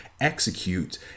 execute